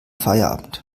feierabend